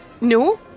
No